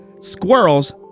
Squirrels